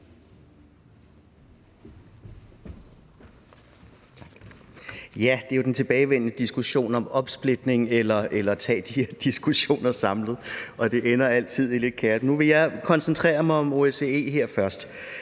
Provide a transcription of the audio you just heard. Det er jo den tilbagevendende diskussion om at splitte det op eller tage de diskussioner samlet, og det ender altid lidt i kaos. Nu vil jeg koncentrere mig om OSCE først